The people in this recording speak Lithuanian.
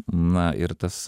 na ir tas